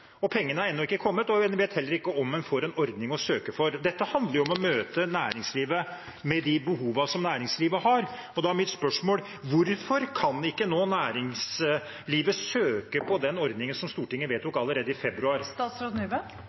Pengene er ennå ikke kommet, og en vet heller ikke om en får en ordning å søke gjennom. Dette handler jo om å møte næringslivet og de behovene næringslivet har. Da er mitt spørsmål: Hvorfor kan ikke næringslivet nå søke på den ordningen som Stortinget vedtok allerede i februar?